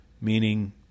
meaning